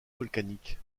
volcaniques